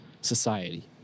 society